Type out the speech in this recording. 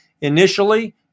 initially